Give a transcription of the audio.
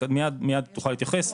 מיד תוכל להתייחס,